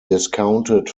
discounted